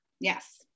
Yes